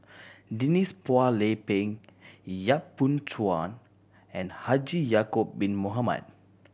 Denise Phua Lay Peng Yap Boon Chuan and Haji Ya'acob Bin Mohamed